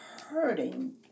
hurting